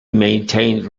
maintained